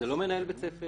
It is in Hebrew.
זה לא מנהל בית ספר